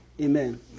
Amen